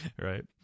right